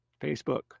Facebook